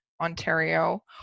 Ontario